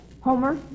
Homer